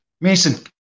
Mason